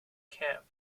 camp